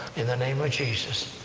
in the name of jesus.